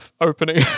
opening